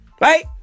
Right